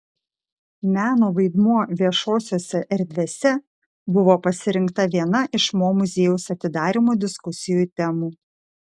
meno vaidmuo viešosiose erdvėse buvo pasirinkta viena iš mo muziejaus atidarymo diskusijų temų